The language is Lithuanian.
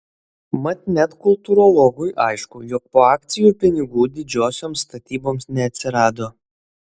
mat net kultūrologui aišku jog po akcijų pinigų didžiosioms statyboms neatsirado